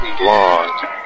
long